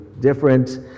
different